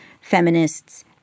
feminists